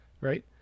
Right